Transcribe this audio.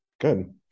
good